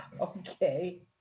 Okay